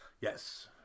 Yes